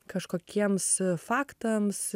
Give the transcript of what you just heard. kažkokiems faktams